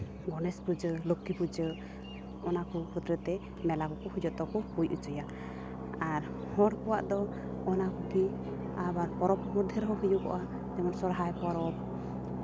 ᱜᱚᱱᱮᱥ ᱯᱩᱡᱟᱹ ᱞᱚᱠᱠᱷᱤ ᱯᱩᱡᱟᱹ ᱚᱱᱟ ᱦᱚᱛᱮᱛᱮ ᱢᱮᱞᱟ ᱠᱚ ᱡᱚᱛᱚ ᱠᱚ ᱦᱩᱭ ᱦᱚᱪᱚᱭᱟ ᱟᱨ ᱦᱚᱲ ᱠᱚᱣᱟᱜ ᱫᱚ ᱚᱱᱟ ᱠᱚᱜᱮ ᱟᱨ ᱟᱵᱟᱨ ᱯᱚᱨᱚᱵᱽ ᱢᱚᱫᱫᱷᱮ ᱨᱮᱦᱚᱸ ᱦᱩᱭᱩᱜᱚᱜᱼᱟ ᱡᱮᱢᱚᱱ ᱥᱚᱦᱚᱨᱟᱭ ᱯᱚᱨᱚᱵᱽ